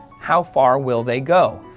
how far will they go?